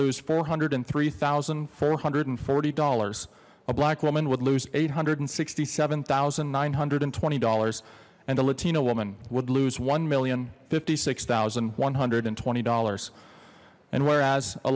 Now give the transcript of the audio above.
lose four hundred and three thousand four hundred and forty dollars a black woman would lose eight hundred and sixty seven thousand nine hundred and twenty dollars and a latino woman would lose one million fifty six thousand one hundred and twenty dollars and whereas a